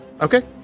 okay